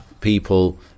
people